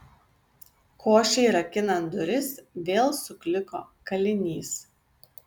košei rakinant duris vėl sukliko kalinys